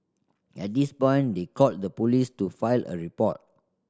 at this point they called the police to file a report